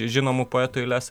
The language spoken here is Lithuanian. žinomų poetų eiles